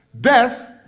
Death